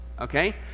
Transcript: Okay